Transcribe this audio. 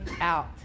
out